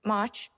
March